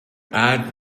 add